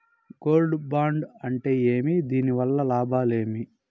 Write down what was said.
Gold bond అంటే ఏమి? దీని వల్ల లాభాలు ఏమి?